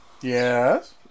Yes